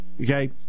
okay